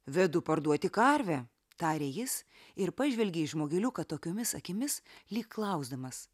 vedu parduoti karvę tarė jis ir pažvelgė į žmogeliuką tokiomis akimis lyg klausdamas